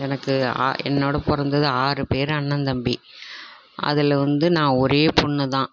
எனக்கு என்னோடு பிறந்தது ஆறு பேர் அண்ணன் தம்பி அதில் வந்து நான் ஒரே பொண்ணுதான்